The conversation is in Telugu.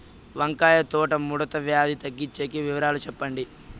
వంకాయ తోట ముడత వ్యాధి తగ్గించేకి వివరాలు చెప్పండి?